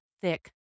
thick